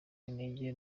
intege